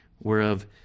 whereof